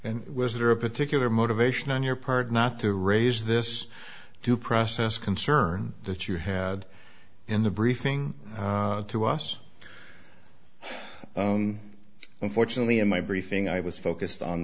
and was there a particular motivation on your part not to raise this due process concern that you had in the briefing to us unfortunately in my briefing i was focused on